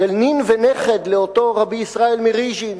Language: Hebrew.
של נין ונכד לאותו רבי ישראל מרוז'ין,